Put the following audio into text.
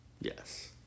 Yes